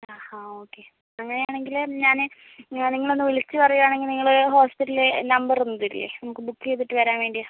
ആ ഹാ ഓക്കെ അങ്ങനെ ആണെങ്കിൽ ഞാൻ നിങ്ങൾ ഒന്ന് വിളിച്ച് പറയുവാണെങ്കിൽ നിങ്ങൾ ഹോസ്പിറ്റലിലെ നമ്പർ ഒന്ന് തരില്ലേ നമുക്ക് ബുക്ക് ചെയ്തിട്ട് വരാൻ വേണ്ടിയാണ്